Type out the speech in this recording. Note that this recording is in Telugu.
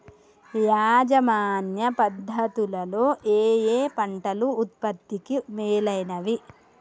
యాజమాన్య పద్ధతు లలో ఏయే పంటలు ఉత్పత్తికి మేలైనవి?